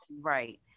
Right